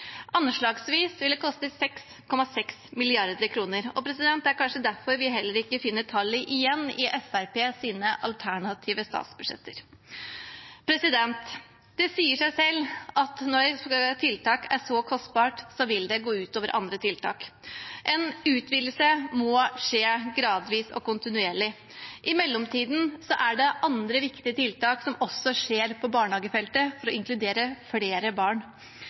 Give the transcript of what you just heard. Anslagsvis vil det koste 6,6 mrd. kr, og det er kanskje derfor vi heller ikke finner tallet igjen i Fremskrittspartiets alternative statsbudsjetter. Det sier seg selv at når et tiltak er så kostbart, vil det gå ut over andre tiltak. En utvidelse må skje gradvis og kontinuerlig. I mellomtiden er det andre viktige tiltak som også skjer på barnehagefeltet for å inkludere flere barn.